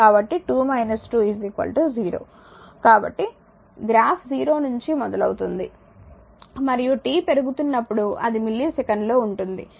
కాబట్టి గ్రాఫ్ 0 నుండి మొదలవుతుంది మరియు t పెరుగుతున్నప్పుడు అది మిల్లీసెకన్లో ఉంటుంది